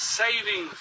saving